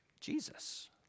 Jesus